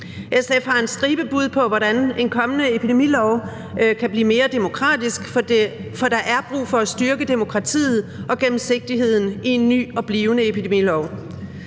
SF har en stribe bud på, hvordan en kommende epidemilov kan blive mere demokratisk, for der er brug for at styrke demokratiet og gennemsigtigheden i en ny og blivende epidemilov.